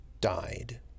died